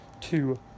Two